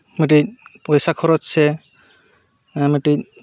ᱢᱤᱫᱴᱤᱡ ᱯᱚᱭᱥᱟ ᱠᱷᱚᱨᱚᱪ ᱥᱮ ᱚᱱᱟ ᱢᱤᱫᱴᱤᱡ